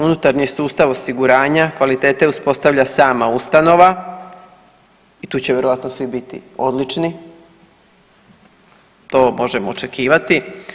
Unutarnji sustav osiguranja kvalitete uspostavlja sama ustanova i tu će vjerojatno svi biti odlični, to možemo očekivati.